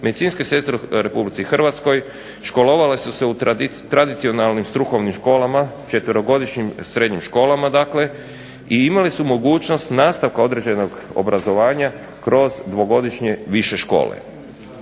medicinske u Republici Hrvatskoj školovale su se u tradicionalnim strukovnim školama, četverogodišnjim srednjim školama dakle i imale su mogućnost nastavka određenog obrazovanja kroz dvogodišnje više škole.